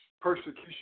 Persecution